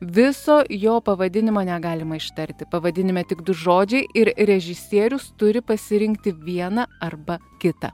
viso jo pavadinimo negalima ištarti pavadinime tik du žodžiai ir režisierius turi pasirinkti vieną arba kitą